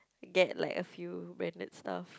get like a few branded stuff